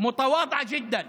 (אומר בערבית: צנועה מאוד,